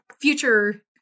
future